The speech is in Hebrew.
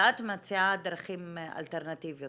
ואת מציעה דרכים אלטרנטיביות.